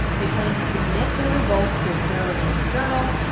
they plan to submit their results to a peer-reviewed journal.